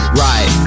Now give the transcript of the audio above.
right